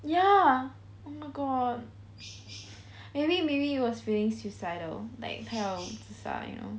ya oh my god maybe maybe it was feeling suicidal like 它要自杀 you know